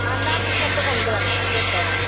അന്ധാമുക്കത്ത് കൊണ്ടുവരണം കേട്ടോ